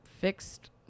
fixed